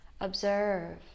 Observe